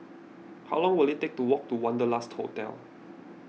how long will it take to walk to Wanderlust Hotel